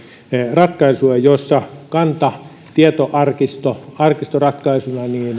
ratkaisua jossa kanta tietoarkisto arkistoratkaisuna